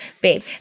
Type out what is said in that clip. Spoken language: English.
babe